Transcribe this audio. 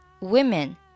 women